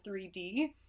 3D